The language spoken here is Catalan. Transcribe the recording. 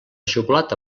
xocolata